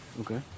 Okay